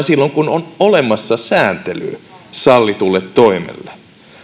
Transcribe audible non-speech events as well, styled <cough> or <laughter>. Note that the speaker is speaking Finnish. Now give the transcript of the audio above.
<unintelligible> silloin kun on olemassa sääntelyä sallitulle toimelle